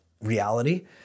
reality